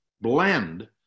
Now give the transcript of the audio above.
blend